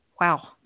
wow